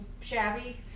shabby